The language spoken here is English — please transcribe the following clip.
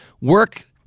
work